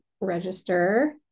register